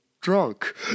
drunk